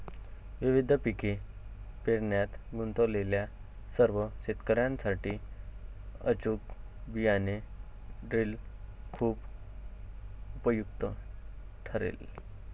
विविध पिके पेरण्यात गुंतलेल्या सर्व शेतकर्यांसाठी अचूक बियाणे ड्रिल खूप उपयुक्त ठरेल